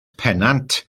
pennant